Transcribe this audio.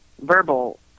verbal